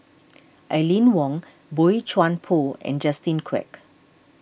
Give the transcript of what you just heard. Aline Wong Boey Chuan Poh and Justin Quek